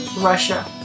Russia